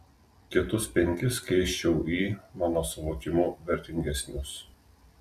kitus penkis keisčiau į mano suvokimu vertingesnius